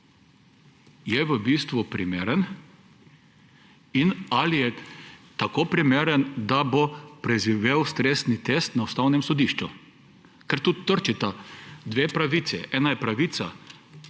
je v bistvu primeren in ali je tako primeren, da bo preživel stresni test na Ustavnem sodišču. Ker tu trčita dve pravici: ena je skupna